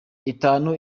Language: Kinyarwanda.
itanu